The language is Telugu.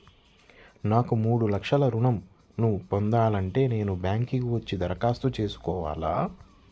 నాకు మూడు లక్షలు ఋణం ను పొందాలంటే నేను బ్యాంక్కి వచ్చి దరఖాస్తు చేసుకోవాలా?